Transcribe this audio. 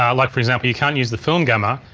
um like for example you can't use the film gamma